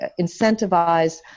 incentivize